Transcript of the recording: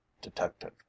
detective